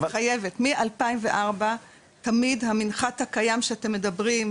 מ-2004 המנחת הקיים שאתם מדברים,